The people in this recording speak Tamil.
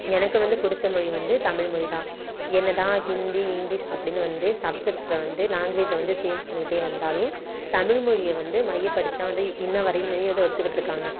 எனக்கு வந்து பிடிச்ச மொழி வந்து தமிழ்மொழிதான் என்னதான் ஹிந்தி இங்கிலீஷ் அப்படின்னு வந்து சப்ஜெக்டில் வந்து லாங்குவேஜை வந்து சேஞ்ச் பண்ணிக்கிட்டே வந்தாலும் தமிழ்மொழியை வந்து மையப்படுத்திதான் வந்து இன்ன வரையுமே அதை வச்சுக்கிட்டு இருக்காங்க